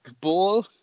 ball